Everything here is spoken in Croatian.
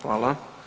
Hvala.